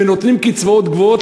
ונותנים קצבאות גבוהות,